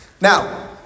Now